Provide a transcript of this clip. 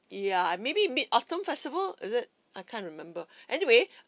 ya maybe mid autumn festival is it I can't remember anyway